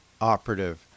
operative